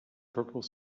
purple